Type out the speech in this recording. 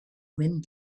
wind